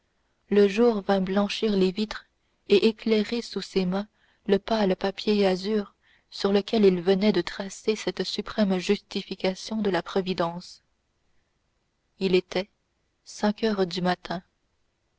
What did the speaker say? le jour vint blanchir les vitres et éclairer sous ses mains le pâle papier azur sur lequel il venait de tracer cette suprême justification de la providence il était cinq heures du matin